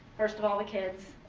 first of all, the kids.